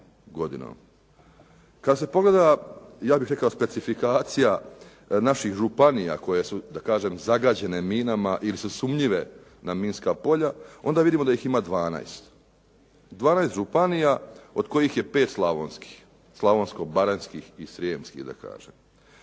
Kada se pogleda ja bih rekao specifikacija naših županija koje su da kažem zagađene minama ili su sumnjive na minska polja onda vidimo da ih ima dvanaest, dvanaest županija od kojih je pet slavonskih, slavonsko-baranjskih i srijemskih da kažem.